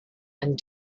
and